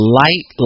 light